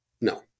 no